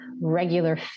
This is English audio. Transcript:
regular